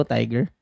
Tiger